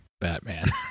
Batman